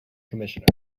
commissioner